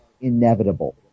inevitable